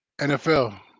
NFL